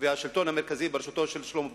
והשלטון המרכזי בראשותו של שלמה בוחבוט.